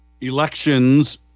elections